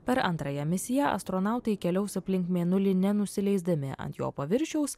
per antrąją misiją astronautai keliaus aplink mėnulį nenusileisdami ant jo paviršiaus